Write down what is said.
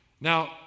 now